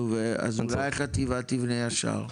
אז אולי החטיבה תבנה ישר?